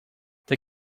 they